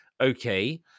Okay